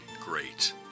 great